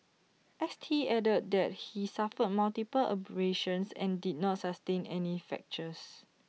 S T added that he suffered multiple abrasions and did not sustain any fractures